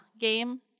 game